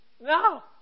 No